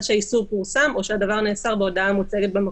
שהאיסור פורסם או שהדבר נאסר בהודעה המוצגת במקום".